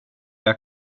jag